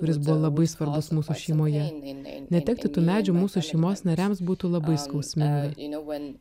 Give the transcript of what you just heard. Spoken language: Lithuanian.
kuris buvo labai svarbus mūsų šeimoje netekti tų medžių mūsų šeimos nariams būtų labai skausminga